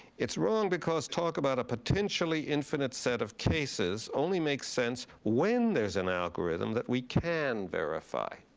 it's wrong because talk about a potentially infinite set of cases only makes sense when there's an algorithm that we can verify.